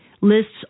lists